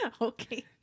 okay